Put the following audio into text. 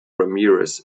ramirez